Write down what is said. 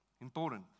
Important